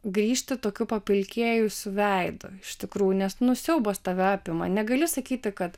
grįžti tokiu papilkėjusiu veidu iš tikrųjų nes nu siaubas tave apima negali sakyti kad